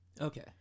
Okay